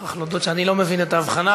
אני מוכרח להודות שאני לא מבין את ההבחנה,